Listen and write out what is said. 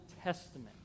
Testament